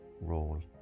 role